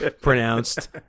pronounced